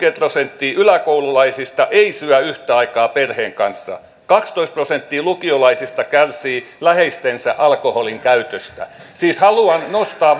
prosenttia yläkoululaisista ei syö yhtä aikaa perheen kanssa kaksitoista prosenttia lukiolaisista kärsii läheistensä alkoholinkäytöstä siis haluan nostaa